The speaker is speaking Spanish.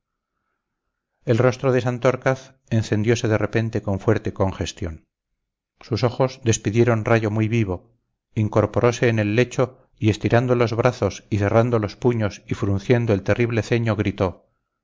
el rostro de santorcaz encendiose de repente con fuerte congestión sus ojos despidieron rayo muy vivo incorporose en el lecho y estirando los brazos y cerrando los puños y frunciendo el terrible ceño gritó